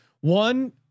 one